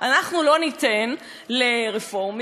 אנחנו לא ניתן לרפורמים,